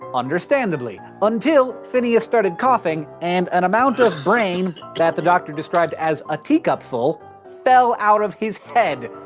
understandably. until phineas started coughing and an amount of brain that the doctor described as a teacup-ful fell out of his head,